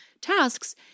tasks